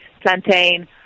plantain